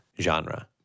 genre